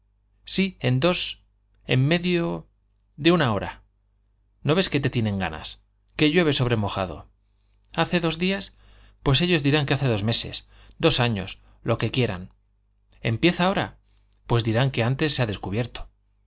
sí en dos en medio en una hora no ves que te tienen ganas que llueve sobre mojado hace dos días pues ellos dirán que hace dos meses dos años lo que quieran empieza ahora pues dirán que ahora se ha descubierto